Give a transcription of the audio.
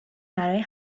برای